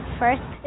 first